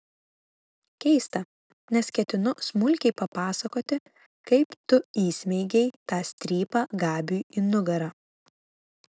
keista nes ketinu smulkiai papasakoti kaip tu įsmeigei tą strypą gabiui į nugarą